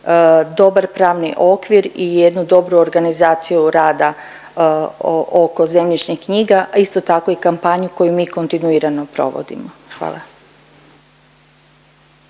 dobar pravni okvir i jednu dobru organizaciju rada oko zemljišnih knjiga, a isto tako i kampanju koju mi kontinuirano provodimo. Hvala.